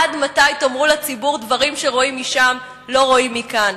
עד מתי תאמרו לציבור "דברים שרואים משם לא רואים מכאן"?